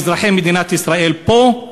אזרחי מדינת ישראל פה,